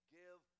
give